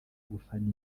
gufana